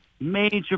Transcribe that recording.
major